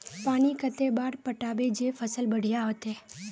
पानी कते बार पटाबे जे फसल बढ़िया होते?